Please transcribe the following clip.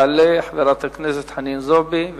תעלה חברת הכנסת חנין זועבי,